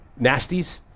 nasties